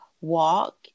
walk